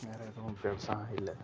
வேறே எதுவும் பெருசாக இல்லை